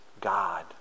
God